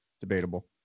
Debatable